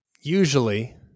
usually